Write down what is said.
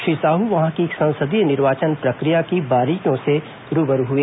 श्री साह वहां की संसदीय निर्वाचन प्रक्रिया की बारीकियों से रू ब रू हए